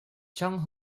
chung